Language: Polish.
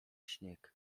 śnieg